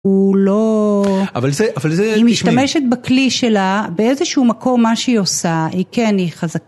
הוא לא, היא משתמשת בכלי שלה, באיזשהו מקום מה שהיא עושה היא כן היא חזקה